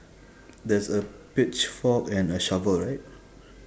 there's a pitch fork and a shovel right